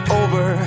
over